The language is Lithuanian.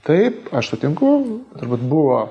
taip aš sutinku turbūt buvo